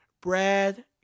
Brad